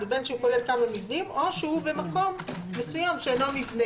שבו מועסקים עובדים וכן כל מקום שנעשית בו עבודה?